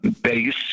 base